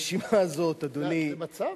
הרשימה הזאת, אדוני, זה הכול כתוב בצו?